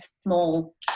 small